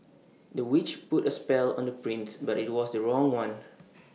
the witch put A spell on the prince but IT was the wrong one